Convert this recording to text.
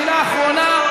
מילה אחרונה.